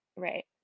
Right